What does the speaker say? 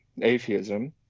atheism